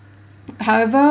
however